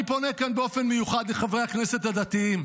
אני פונה כאן באופן מיוחד לחברי הכנסת הדתיים,